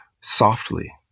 softly